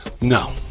No